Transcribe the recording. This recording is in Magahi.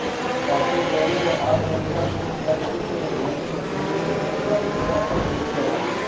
कॉफी बेरीज और उनकर बीज परिचित भुनी हुई कई प्रक्रिया से गुजरो हइ